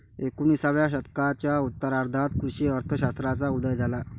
एकोणिसाव्या शतकाच्या उत्तरार्धात कृषी अर्थ शास्त्राचा उदय झाला